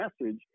message